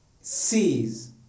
sees